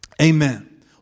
Amen